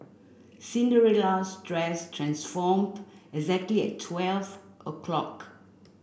Cinderella's dress transformed exactly at twelve o'clock